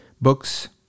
books